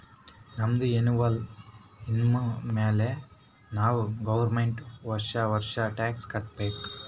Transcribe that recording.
ನಮ್ದು ಎನ್ನವಲ್ ಇನ್ಕಮ್ ಮ್ಯಾಲೆ ನಾವ್ ಗೌರ್ಮೆಂಟ್ಗ್ ವರ್ಷಾ ವರ್ಷಾ ಟ್ಯಾಕ್ಸ್ ಕಟ್ಟಬೇಕ್